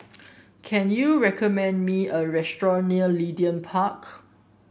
can you recommend me a restaurant near Leedon Park